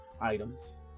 items